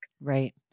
Right